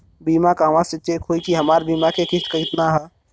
बीमा कहवा से चेक होयी की हमार बीमा के किस्त केतना ह?